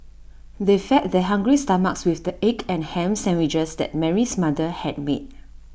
they fed their hungry stomachs with the egg and Ham Sandwiches that Mary's mother had made